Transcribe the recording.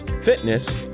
fitness